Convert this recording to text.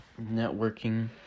networking